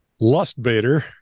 Lustbader